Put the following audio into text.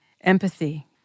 Empathy